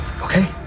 okay